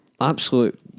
Absolute